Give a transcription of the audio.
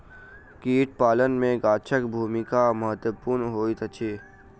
कीट पालन मे गाछक भूमिका महत्वपूर्ण होइत अछि